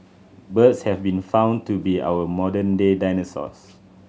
birds have been found to be our modern day dinosaurs